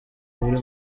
buri